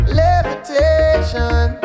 levitation